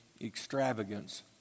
extravagance